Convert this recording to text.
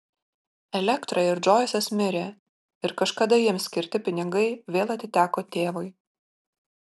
elektra ir džoisas mirė ir kažkada jiems skirti pinigai vėl atiteko tėvui